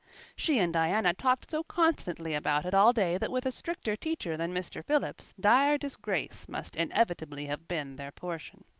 she and diana talked so constantly about it all day that with a stricter teacher than mr. phillips dire disgrace must inevitably have been their portion.